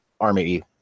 army